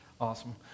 Awesome